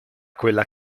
quella